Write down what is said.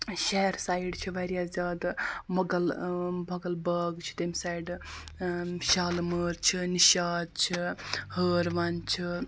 شہر سایڈ چھِ واریاہ زیادٕ مغل بغل باغ چھِ تَمہِ سایڈٕ شالمٲر چھِ نِشاط چھِ ہٲروَن چھِ